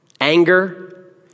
anger